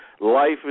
life